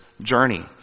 journey